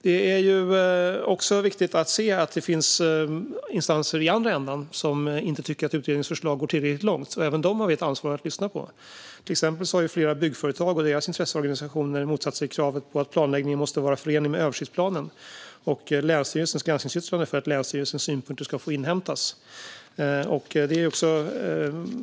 Det är också viktigt att se att det finns instanser i den andra ändan som inte tycker att utredningens förslag går tillräckligt långt. Även dem har vi ett ansvar att lyssna på. Till exempel har flera byggföretag och deras intresseorganisationer motsatt sig kravet på att planläggningen måste vara förenlig med översiktsplanen och länsstyrelsens granskningsyttrande för att länsstyrelsens synpunkter ska få inhämtas.